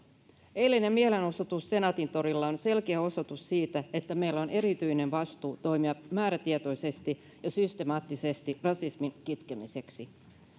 eilinen mielenosoitus senaatintorilla on selkeä osoitus siitä että meillä on erityinen vastuu toimia määrätietoisesti ja systemaattisesti rasismin kitkemiseksi